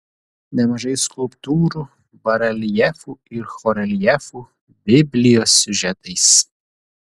nemažai skulptūrų bareljefų ir horeljefų biblijos siužetais